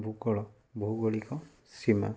ଭୂଗୋଳ ଭୌଗୋଳିକ ସୀମା